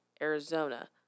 Arizona